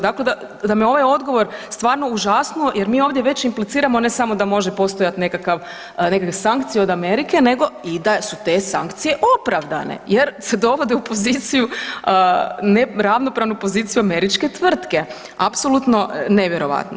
Dakle, da me ovaj odgovor stvarno užasnuo jer mi ovdje već impliciramo ne samo da može postojati nekakve sankcije od Amerike nego i da su te sankcije opravdane jer se dovode u poziciju, ne ravnopravnu poziciju američke tvrtke, apsolutno nevjerojatno.